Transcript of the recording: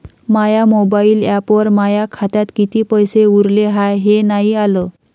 माया mobile ॲपवर माया खात्यात किती पैसे उरले हाय हे नाही आलं